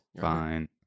Fine